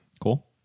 Cool